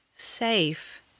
safe